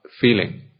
feeling